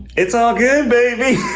it's all good baby.